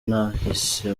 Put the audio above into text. nahise